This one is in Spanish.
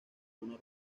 una